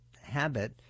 habit